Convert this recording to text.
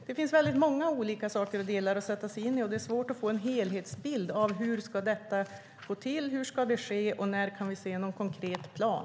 Det finns väldigt många saker att sätta sig in i, och det är svårt att få en helhetsbild av hur detta ska gå till och när vi kan se någon konkret plan.